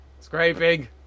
Scraping